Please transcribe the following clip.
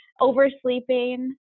oversleeping